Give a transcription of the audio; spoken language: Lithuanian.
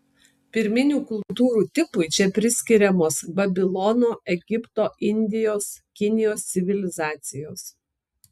pirminių kultūrų tipui čia priskiriamos babilono egipto indijos kinijos civilizacijos